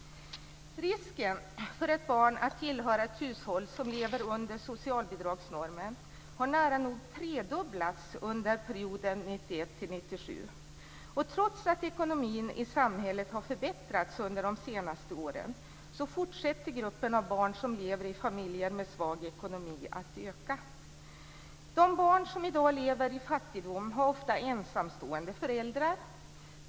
Risken för ett barn att tillhöra ett hushåll som lever under socialbidragsnormen har nära nog tredubblats under perioden 1991-1997. Trots att ekonomin i samhället har förbättrats under de senaste åren fortsätter gruppen av barn som lever i familjer med svag ekonomi att öka. De barn som i dag lever i fattigdom har ofta ensamstående föräldrar.